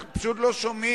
אנחנו פשוט לא שומעים.